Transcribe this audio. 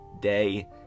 day